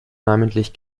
namentlich